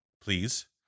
please